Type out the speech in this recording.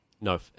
No